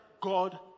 God